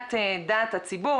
שמיעת דעת הציבור.